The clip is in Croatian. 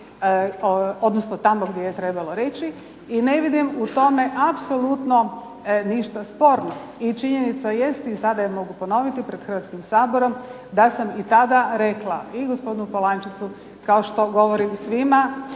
odnosno tamo gdje je trebalo reći i ne vidim u tome apsolutno ništa sporno. I činjenica jest i sada je mogu ponoviti pred Hrvatskim saborom da sam i tada rekla i gospodinu Polančecu, kao što govorim svima